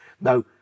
Now